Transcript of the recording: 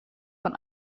von